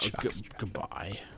Goodbye